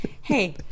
Hey